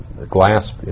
glass